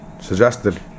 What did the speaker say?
suggested